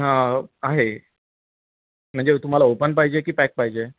हां आहे म्हणजे तुम्हाला ओपन पाहिजे की पॅक पाहिजे